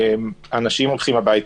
אנשים הולכים הביתה.